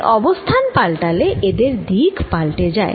তাই অবস্থান পাল্টালে এদের দিক পালটে যায়